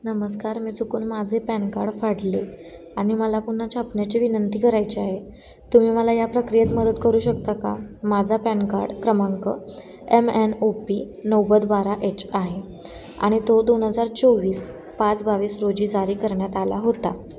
नमस्कार मी चुकून माझे पॅन काड फाडले आणि मला पुन्हा छापण्याची विनंती करायची आहे तुम्ही मला या प्रक्रियेत मदत करू शकता का माझा पॅन काड क्रमांक एम एन ओ पी नव्वद बारा एच आहे आणि तो दोन हजार चोवीस पाच बावीस रोजी जारी करण्यात आला होता